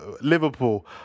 Liverpool